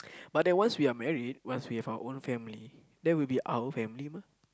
but then once we are married once we have our own family then will be our own family mah